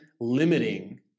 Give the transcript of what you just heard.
limiting